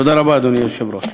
תודה רבה, אדוני היושב-ראש.